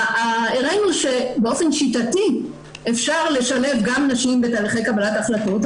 הראינו שבאופן שיטתי אפשר לשלב גם נשים בתהליכי קבלת ההחלטות,